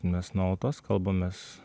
mes nuolatos kalbamės